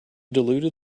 diluted